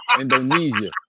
Indonesia